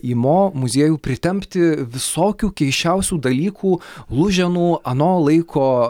į mo muziejų pritempti visokių keisčiausių dalykų luženų ano laiko